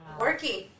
Working